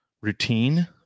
routine